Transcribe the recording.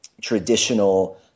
traditional